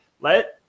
Let